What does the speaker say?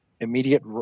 immediate